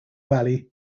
valley